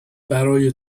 برای